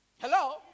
Hello